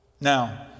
now